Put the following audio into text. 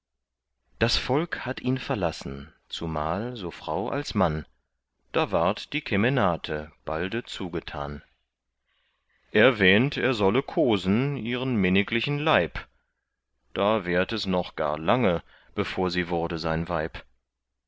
das volk hatt ihn verlassen zumal so frau als mann da ward die kemenate balde zugetan er wähnt er solle kosen ihren minniglichen leib da währt es noch gar lange bevor sie wurde sein weib